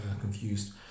confused